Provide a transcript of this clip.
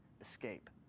escape